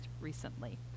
recently